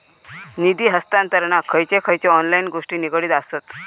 निधी हस्तांतरणाक खयचे खयचे ऑनलाइन गोष्टी निगडीत आसत?